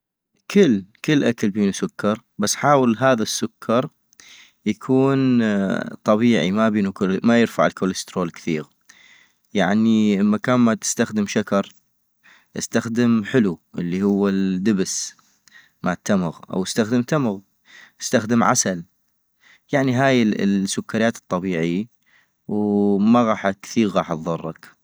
كل كل اكل بينو سكر بس حاول هذا السكر يكون طبيعي مابينو كوليست-مايرفع الكوليسترول كثيغ ، يعني بإمكان ما تستخدم شكر استخدم حلو الي هوالدبس ما التمغ، أو استخدم تمغ استخدم عسل، يعني هاي السكريات الطبيعي وما غاح كثير غاح تضرك